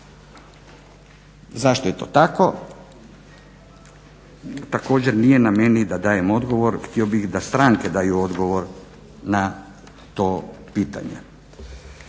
Zašto je to tako? Također nije na meni da dajem odgovor. Htio bih da stranke daju odgovor na to pitanje.